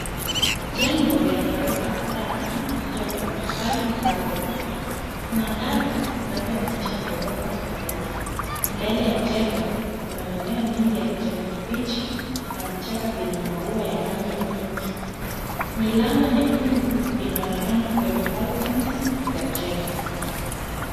Jengo lenye ghorofa kadhaa na kuta za matofali na [c] balcony[c]. Kuna ngazi zinazounganisha ghorofa tofauti. Mbele ya jengo kuna mimea mingi ya kijani kibichi na vichaka vyenye maua ya rangi ya [c] pink[c]. Milango nyekundu inaonekana kwenye [c] balconies [c] za jengo.